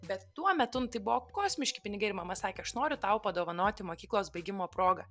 bet tuo metu nu tai buvo kosmiški pinigai ir mama sa aš noriu tau padovanoti mokyklos baigimo proga